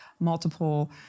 multiple